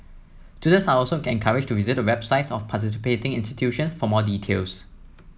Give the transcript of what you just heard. are also encouraged to visit the websites of participating institutions for more details